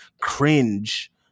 cringe